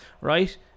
right